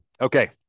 Okay